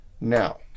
now